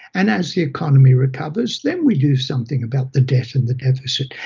and as the economy recovers, then we do something about the debt and the deficit.